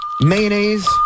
mayonnaise